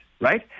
Right